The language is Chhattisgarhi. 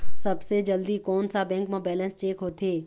सबसे जल्दी कोन सा बैंक म बैलेंस चेक होथे?